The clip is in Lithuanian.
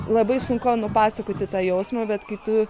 labai sunku nupasakoti tą jausmą bet kai tu